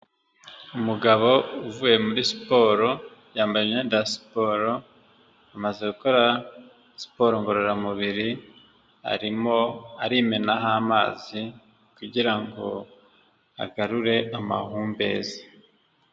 Umugabo uvuye muri siporo yambaye imyenda ya siporo amaze gukora siporo ngororamubiri arimo arimenaho amazi kugira ngo agarure amahumbezi.